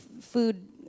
food